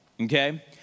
okay